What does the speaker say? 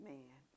Man